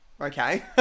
okay